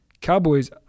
Cowboys